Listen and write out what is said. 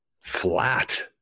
flat